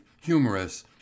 humorous